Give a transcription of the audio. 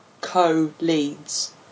co-leads